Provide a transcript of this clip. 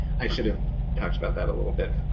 i should have talked about that a little bit.